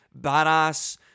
badass